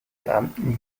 beamten